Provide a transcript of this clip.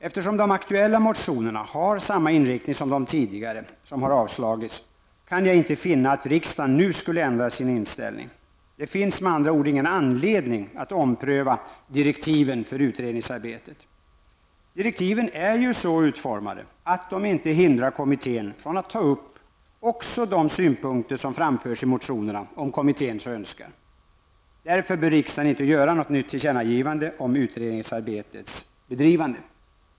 Eftersom de aktuella motionerna har samma inriktning som de tidigare som har avslagits kan jag inte finna att riksdagen nu skulle ändra sin inställning. Det finns med andra ord ingen anledning att ompröva direktiven för utredningsarbetet. Direktiven är ju så utformade att de inte hindrar kommittén från att också ta upp de synpunkter som framförs i motionerna om kommittén så önskar. Därför bör riksdagen inte göra något nytt tillkännagivande om utredningsarbetets bedrivande.